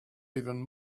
even